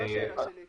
זו השאלה שלי.